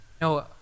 No